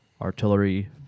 artillery